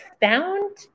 found